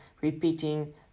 repeating